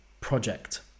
project